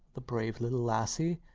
the brave little lassie.